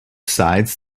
sides